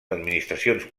administracions